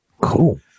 cool